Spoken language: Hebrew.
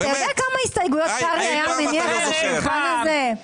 אתה יודע כמה הסתייגויות קרעי היה מניח על השולחן הזה?